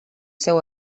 seu